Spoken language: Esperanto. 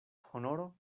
honoro